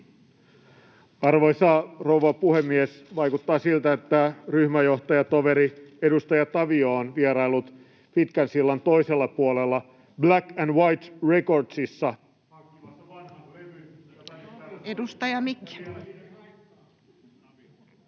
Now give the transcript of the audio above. Arvoisa rouva puhemies! Vaikuttaa siltä, että ryhmäjohtajatoveri, edustaja Tavio on vieraillut Pitkänsillan toisella puolella Black and White Recordsissa... [Puhujan